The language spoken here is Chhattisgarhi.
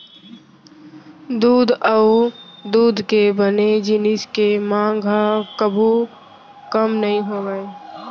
दूद अउ दूद के बने जिनिस के मांग ह कभू कम नइ होवय